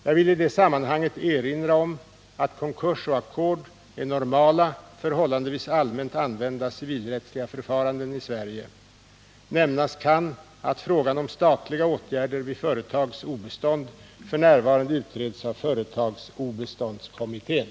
Jag vill i det sammanhanget erinra om att konkurs och ackord är normala, förhållandevis allmänt använda civilrättsliga förfaranden i Sverige. Nämnas kan att frågan om statliga åtgärder vid företags obestånd f.n. utreds av företagsobeståndskommittén .